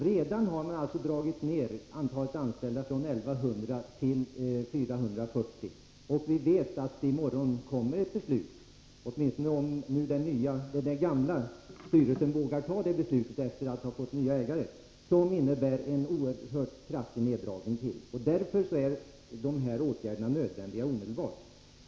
Redan har man minskat antalet anställda från 1 100 till 440, och vi vet att det i morgon kommer ett beslut om en kraftig ytterligare minskning — åtminstone om den nuvarande styrelsen vågar fatta detta beslut sedan det blivit klart att företaget kommer att få nya ägare. Det behövs därför åtgärder omedelbart.